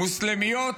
מוסלמיות